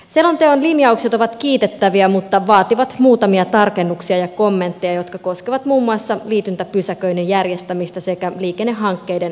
selonteon linjaukset ovat kiitettäviä mutta vaativat muutamia tarkennuksia ja kommentteja jotka koskevat muun muassa liityntäpysäköinnin järjestämistä sekä liikennehankkeiden rahoitusta